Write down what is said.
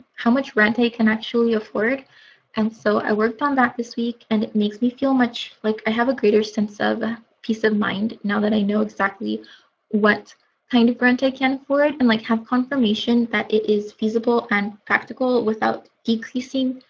how much rent i can actually afford and so i worked on that this week and it makes me feel much like i have a greater sense of peace of mind now that i know exactly what kind of rent i can afford and like have confirmation that it is feasible and practical without decreasing